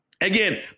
Again